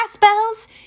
bells